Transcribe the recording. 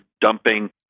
dumping